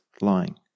lying